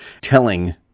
telling